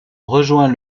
rejoint